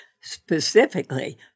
specifically